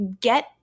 get